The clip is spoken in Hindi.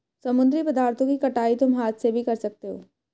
समुद्री पदार्थों की कटाई तुम हाथ से भी कर सकते हो